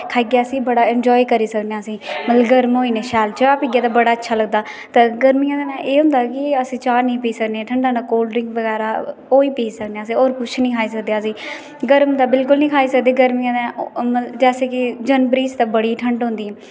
खाइयै असी बड़ा इनॅजाए करी सकने हा असी मतलब गर्म शैल चाह् पिये ते बड़ा अच्छा लगदा ते गर्मिये दे दिने च एह् होंदा कि अस चाह् नेई पी सकदे ठंडा ना कोलड ड्रिंक बगैरा ओह ही पी सकने अस और किश नेई खाई सकने असी गर्म ते बिलकुल नेई खाई सकदे गर्म जेसे कि जनवरी च बडी ठंड होंदी